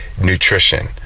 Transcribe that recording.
nutrition